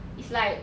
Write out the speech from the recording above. it's like